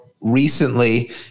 recently